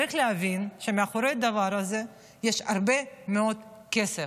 צריך להבין שמאחורי הדבר הזה יש הרבה מאוד כסף,